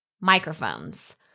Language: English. Microphones